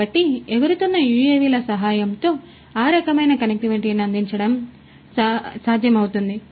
కాబట్టి ఎగురుతున్న యుఎవిల సహాయంతో ఆ రకమైన కనెక్టివిటీని అందించడం సాధ్యమవుతుంది